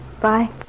Bye